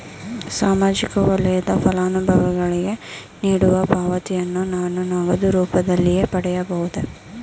ಸಾಮಾಜಿಕ ವಲಯದ ಫಲಾನುಭವಿಗಳಿಗೆ ನೀಡುವ ಪಾವತಿಯನ್ನು ನಾನು ನಗದು ರೂಪದಲ್ಲಿ ಪಡೆಯಬಹುದೇ?